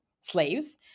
slaves